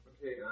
Okay